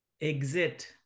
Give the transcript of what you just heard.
exit